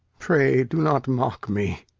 pray, do not mock me.